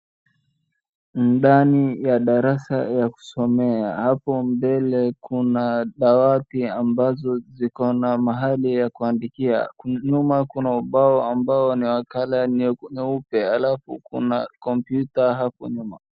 Ndani ya darasa ya kusomea hapo mbele kuna dawati ambazo ziko na mahali ya kuandikia nyuma kuna ubao ambao ni wa colour nyeupe alafu kuna kompyuta hapo nyuma.